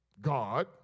God